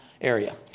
area